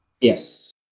Yes